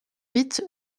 huit